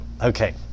okay